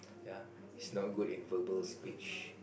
ya he's not good in verbal speech